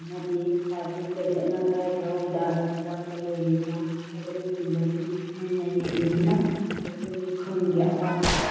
ꯑꯃꯗꯤ ꯄꯥꯕ꯭ꯂꯤꯛ ꯇꯣꯏꯂꯦꯠꯅ ꯀꯗꯥꯏ ꯀꯗꯥꯏꯋꯥꯏꯗ ꯑꯋꯥꯠꯄ ꯂꯩꯔꯤꯕ꯭ꯔ ꯍꯥꯏꯕꯅꯆꯤꯡꯕꯁꯤꯡ ꯃꯨꯟꯅ ꯌꯦꯡꯕꯤꯗꯨꯅ ꯑꯩꯈꯣꯏꯒꯤ ꯈꯨꯟꯒꯤ ꯑꯋꯥꯠꯄ